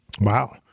Wow